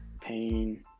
pain